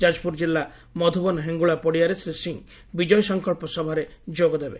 ଯାଜପୁର ଜିଲ୍ଲା ମଧୁବନ ହେଙ୍ଙୁଳା ପଡ଼ିଆରେ ଶ୍ରୀ ସିଂହ ବିଜୟ ସଂକ୍କ ସଭାରେ ଯୋଗ ଦେବେ